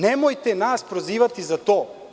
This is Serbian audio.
Nemojte nas prozivati za to.